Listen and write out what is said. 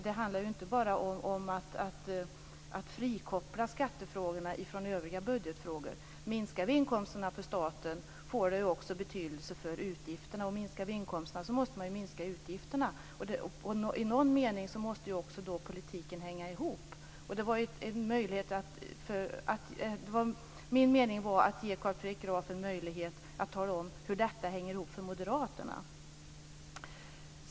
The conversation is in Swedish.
Det handlar inte bara om att frikoppla skattefrågorna från övriga budgetfrågor. Minskar vi inkomsterna för staten, får det också betydelse för utgifterna. Minskar vi inkomsterna, måste vi minska utgifterna. I någon mening måste också politiken hänga ihop. Min mening var att ge Carl Fredrik Graf en möjlighet att tala om hur detta hänger ihop för moderaterna.